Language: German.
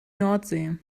nordsee